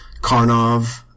Karnov